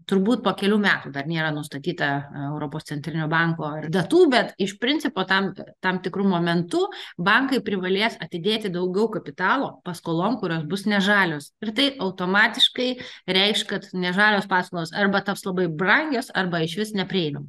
turbūt po kelių metų dar nėra nustatyta europos centrinio banko ir datų bet iš principo tam tam tikru momentu bankai privalės atidėti daugiau kapitalo paskolom kurios bus ne žalios ir tai automatiškai reikš kad nežalios paskolos arba taps labai brangios arba išvis neprieinamos